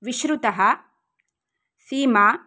विशृतः सीमा